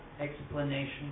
explanation